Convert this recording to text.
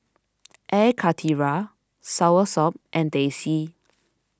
Air Karthira Soursop and Teh C